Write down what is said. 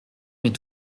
mais